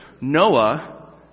Noah